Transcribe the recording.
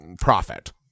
profit